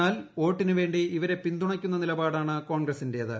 എന്നാൽ വോട്ടിന് വേ ി ഇവരെ പിന്തുണയ്ക്കുന്ന നിലപാടാണ് കോൺഗ്രസിന്റെത്